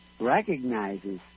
recognizes